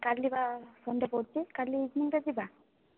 କାଲି ପା Sunday ପଡ଼ୁଛି କାଲି ଇଭିନିଙ୍ଗରେ ଯିବା